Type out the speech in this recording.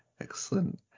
Excellent